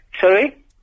Sorry